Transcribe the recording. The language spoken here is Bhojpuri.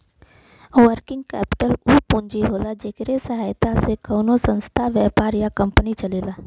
वर्किंग कैपिटल उ पूंजी होला जेकरे सहायता से कउनो संस्था व्यापार या कंपनी चलेला